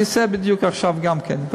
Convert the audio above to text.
אני עושה בדיוק עכשיו גם כן.